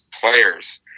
players